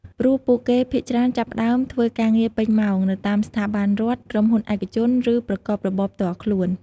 ព្រោះពួកគេភាគច្រើនចាប់ផ្តើម ធ្វើការងារពេញម៉ោង នៅតាមស្ថាប័នរដ្ឋ ក្រុមហ៊ុនឯកជន ឬប្រកបរបរផ្ទាល់ខ្លួន។